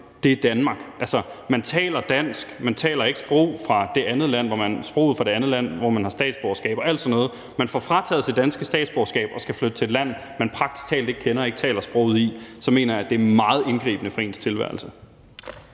er Danmark – man taler dansk, man taler ikke sproget fra det andet land, hvor man har statsborgerskab, og alt sådan noget – og man får frataget sit danske statsborgerskab og skal flytte til et land, man praktisk talt ikke kender og ikke taler sproget i, så mener jeg, det er meget indgribende i ens tilværelse.